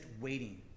waiting